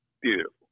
beautiful